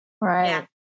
Right